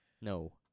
No